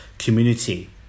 community